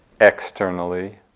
externally